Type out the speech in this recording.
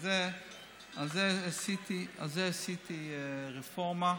על זה עשיתי רפורמה.